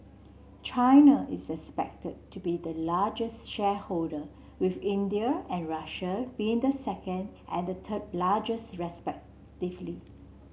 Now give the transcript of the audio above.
China is expected to be the largest shareholder with India and Russia being the second and third largest respectively